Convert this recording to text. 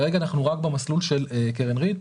כרגע אנחנו רק במסלול של קרן ריט.